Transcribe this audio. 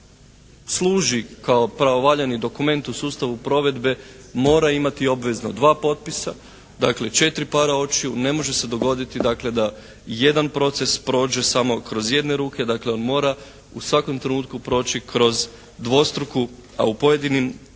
zapravo služi kao pravovaljani dokument u sustavu provedbe mora imati obvezno dva potpisa, dakle četiri para očiju, ne može se dogoditi dakle da jedan proces prođe samo kroz jedne ruke, dakle on mora u svakom trenutku proći kroz dvostruku, a u pojedinim